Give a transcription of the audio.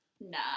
Nah